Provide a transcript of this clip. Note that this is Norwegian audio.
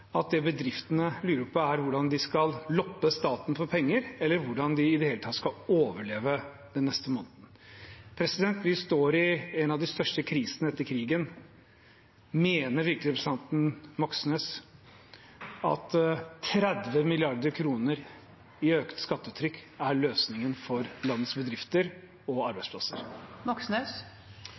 det bedriftene lurer på, hvordan de skal loppe staten for penger, eller hvordan de i det hele tatt skal overleve den neste måneden? Vi står i en av de største krisene etter krigen. Mener virkelig representanten Moxnes at 30 mrd. kr i økt skattetrykk er løsningen for landets bedrifter og arbeidsplasser?